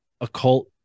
occult